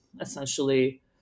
essentially